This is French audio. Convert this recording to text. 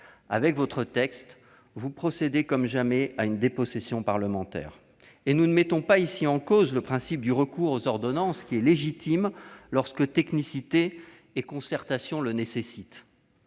Avec ce texte, vous procédez comme jamais à une dépossession parlementaire. Nous ne mettons pas ici en cause le principe du recours aux ordonnances, légitime lorsque technicité et concertation se conjuguent.